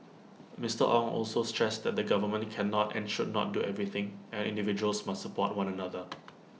Mister Ong also stressed that the government cannot and should not do everything and individuals must support one another